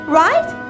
right